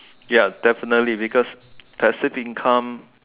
ya definitely because passive income